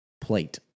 plate